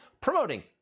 promoting